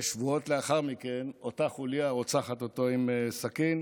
שבועות לאחר מכן אותה חוליה רוצחת אותו עם סכין,